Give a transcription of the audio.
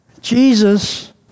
Jesus